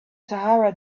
sahara